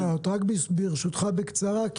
ברשותך בקצרה.